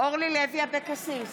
אורלי לוי אבקסיס,